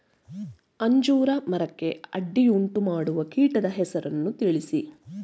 ಅಂಜೂರ ಮರಕ್ಕೆ ಅಡ್ಡಿಯುಂಟುಮಾಡುವ ಕೀಟದ ಹೆಸರನ್ನು ತಿಳಿಸಿ?